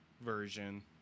version